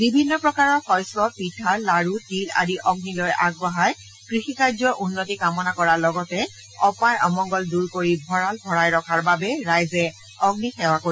বিভিন্ন প্ৰকাৰৰ শস্য পিঠা লাৰু তিল আদি অগ্নিলৈ আগবঢ়াই কৃষি কাৰ্যৰ উন্নতি কামনা কৰাৰ লগতে অপায় অমংগল দূৰ কৰি ভৰাল ভৰাই ৰখাৰ বাবে ৰাইজে অগ্নিসেৱা কৰিব